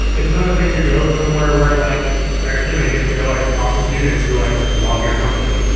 it's another thing to go somewhere where like you know you get to go like talk to students who like love your company,